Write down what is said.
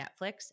Netflix